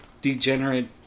degenerate